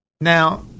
Now